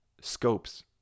scopes